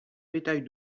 médaille